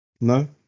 No